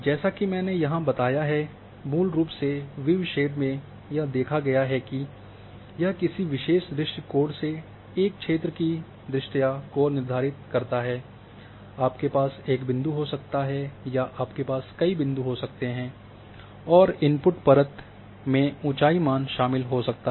जैसा कि मैंने यहां बताया है मूल रूप से वीव शेड में यह देखा गया है कि यह किसी विशेष दृष्टिकोण से एक क्षेत्र की दृश्यता को निर्धारित करता है आपके पास एक बिंदु हो सकता है या आपके पास कई बिंदु हो सकते हैं और इनपुट परत में ऊंचाई मान शामिल होना चाहिए